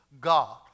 God